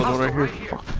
record